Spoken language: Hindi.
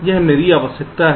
यही मेरी आवश्यकता है